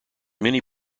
many